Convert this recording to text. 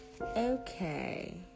Okay